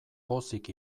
pozik